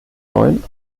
neuen